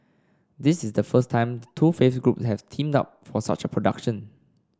this is the first time the two faith groups have teamed up for such a production